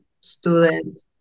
student